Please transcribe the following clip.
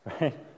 right